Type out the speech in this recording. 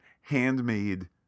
handmade